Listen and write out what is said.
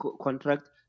contract